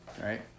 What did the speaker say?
right